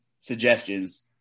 suggestions